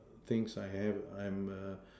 things I have I am a